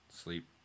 sleep